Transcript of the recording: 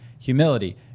humility